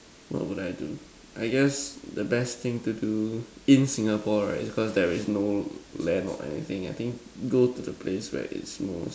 what would I do I guess the best thing to do in Singapore right cause there is no land or anything I think go to the place where it's more